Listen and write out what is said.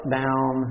down